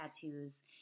tattoos